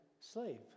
slave